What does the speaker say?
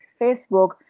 Facebook